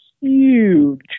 huge